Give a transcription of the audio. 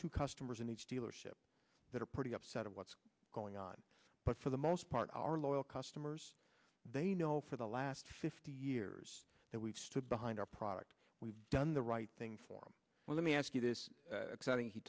two customers in each dealership that are pretty upset of what's going on but for the most part our loyal customers they know for the last fifty years that we've stood behind our product we've done the right thing for them well let me ask you this exciting he